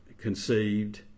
conceived